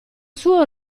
suo